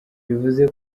bivuze